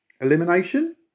elimination